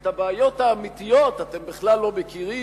את הבעיות האמיתיות אתם בכלל לא מכירים.